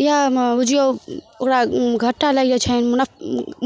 इहएमे बुझिऔ ओकरा घाटा लागि जाइत छैन मुना